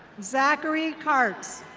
zachary kartz.